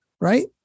right